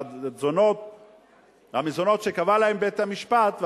המזונות שקבע להם בית-המשפט,